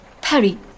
Perry